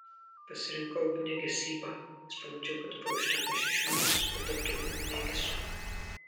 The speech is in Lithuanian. pasirinkau ugniagesybą nes pamačiau kad dabar užtenka šešių mėnesių kad taptumei ugniagesiu